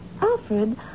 Alfred